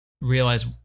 realize